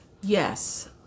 yes